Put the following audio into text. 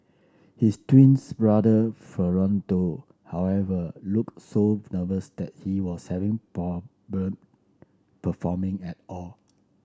his twins brother Fernando however looked so nervous that he was having performing at all